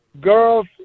girls